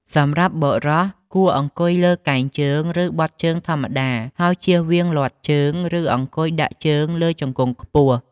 សម្រាប់បុរស គួរអង្គុយលើកែងជើង ឬបត់ជើងធម្មតា ហើយជៀសវាងលាតជើង ឬអង្គុយដាក់ជើងលើជង្គង់ខ្ពស់។